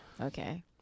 Okay